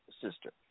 sister